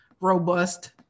robust